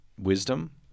wisdom